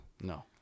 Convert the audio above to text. No